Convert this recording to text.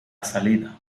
salida